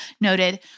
noted